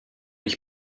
ich